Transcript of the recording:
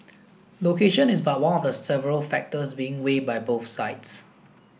location is but one of several factors being weighed by both sides